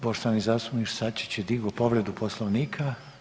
Poštovani zastupnik Sačić je digao povredu Poslovnika.